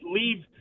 leave